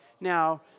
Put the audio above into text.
Now